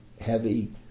heavy